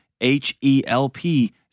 H-E-L-P